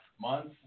Months